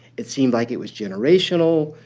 it seemed like it was generational.